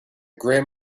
grim